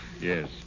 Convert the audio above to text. Yes